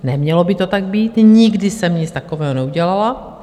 Nemělo by to tak být, nikdy jsem nic takového neudělala.